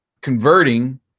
converting